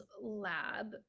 lab